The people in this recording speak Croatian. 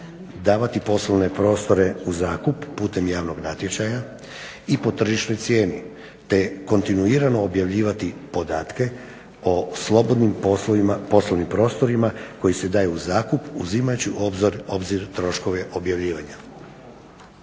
Davati poslovne prostore u zakup putem javnog natječaja i po tržišnoj cijeni te kontinuirano objavljivati podatke o slobodnim poslovnim prostorima koji se daju u zakup uzimajući u obzir troškove objavljivanja.